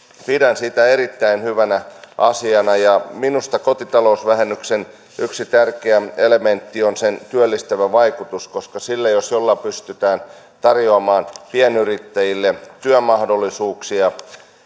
pidän sitä erittäin hyvänä asiana minusta kotitalousvähennyksen yksi tärkeä elementti on sen työllistävä vaikutus koska sillä jos jollain pystytään tarjoamaan pienyrittäjille työmahdollisuuksia